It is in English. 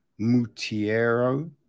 Mutiero